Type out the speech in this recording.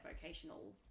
vocational